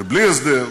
ובלי הסדר,